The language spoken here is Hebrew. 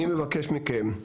אני מבקש מכם,